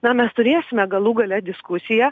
na mes turėsime galų gale diskusiją